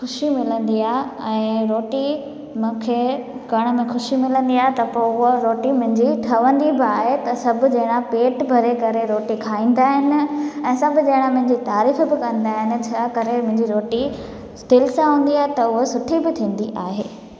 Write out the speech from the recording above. ख़ुशी मिलंदी आहे ऐं रोटी मूंखे करण में ख़ुशी मिलंदी आहे त पोइ रोटी मुंहिंजी ठहंदी बि आहे त सभु ॼणा पेटु भरे करे रोटी खाईंदा आहिनि ऐं सभु ॼणा तारीफ़ बि कंदा आइन छा करे मुंजी रोटी स्टील सां हूंदी आहे त उहा सुठी बि थींदी आहे